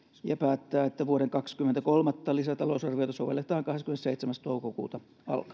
ja päättää että vuoden kaksituhattakaksikymmentä kolmatta lisätalousarviota sovelletaan kahdeskymmenesseitsemäs toukokuuta